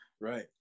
right